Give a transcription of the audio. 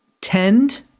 tend